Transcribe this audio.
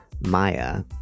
Maya